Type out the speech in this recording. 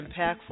impactful